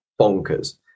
bonkers